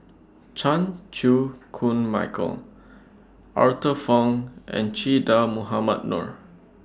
Chan Chew Koon Michael Arthur Fong and Che Dah Mohamed Noor